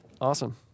Awesome